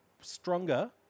stronger